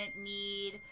need